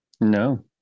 no